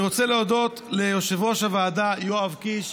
אני רוצה להודות ליושב-ראש הוועדה יואב קיש,